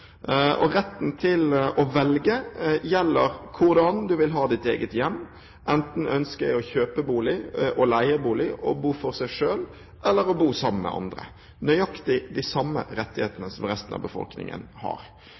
Retten til å velge gjelder hvordan du vil ha ditt eget hjem, enten ønsket er å kjøpe bolig, leie bolig, bo for seg selv eller bo sammen med andre – nøyaktig de samme rettighetene som resten av befolkningen har.